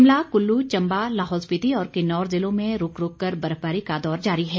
शिमला कल्लू चंबा लाहौल स्पीति और किन्नौर जिलों में रूक रुक कर बर्फबारी का दौर जारी है